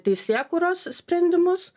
teisėkūros sprendimus